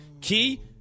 Key